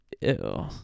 ew